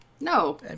No